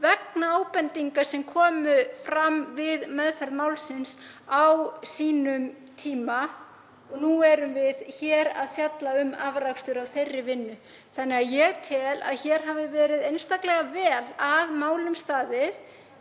vegna ábendinga sem komu fram við meðferð málsins á sínum tíma. Nú erum við hér að fjalla um afrakstur af þeirri vinnu. Þannig að ég tel að hér hafi verið einstaklega vel að verki staðið